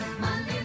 Money